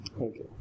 Okay